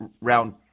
round